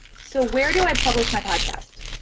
so where do i publish my podcast?